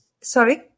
sorry